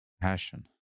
passion